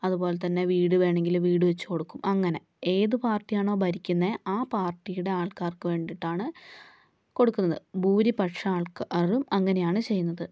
അതുപോലെ തന്നെ വീട് വേണങ്കില് വീട് വെച്ച് കൊടുക്കും അങ്ങനെ ഏത് പാർട്ടിയാണോ ഭരിക്കുന്നേ ആ പാർട്ടിയുടെ ആൾക്കാർക്ക് വേണ്ടിയിട്ടാണ് കൊടുക്കുന്നത് ഭൂരിപക്ഷം ആൾക്കാരും അങ്ങനെയാണ് ചെയ്യുന്നത്